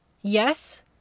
yes